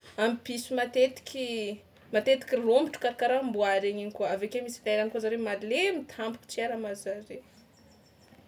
Am'piso matetiky matetiky romotry karakaraha amboa regny igny koa avy akeo misy lerany koa zareo malemy tampoka tsy hay raha mahazo zare.